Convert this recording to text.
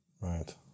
Right